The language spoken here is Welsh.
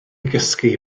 gysgu